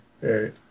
right